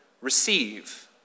receive